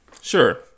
Sure